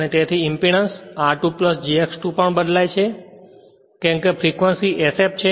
અને તેથી impedance r2 jX2 માં બદલાય છે કેમ કે ફ્રેક્વંસી sf છે